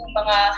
mga